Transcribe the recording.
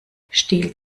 stiehlt